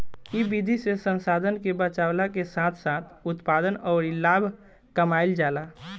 इ विधि से संसाधन के बचावला के साथ साथ उत्पादन अउरी लाभ कमाईल जाला